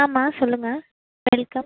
ஆமாம் சொல்லுங்கள் வெல்கம்